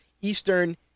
Eastern